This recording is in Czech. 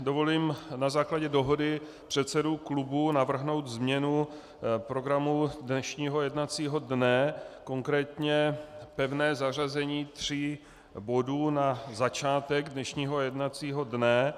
Dovolím si na základě dohody předsedů klubů navrhnout změnu programu dnešního jednacího dne, konkrétně pevné zařazení tří bodů na začátek dnešního jednacího dne.